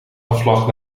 afslag